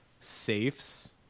safes